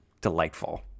delightful